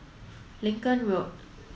Lincoln Road